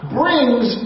brings